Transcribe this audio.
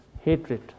hatred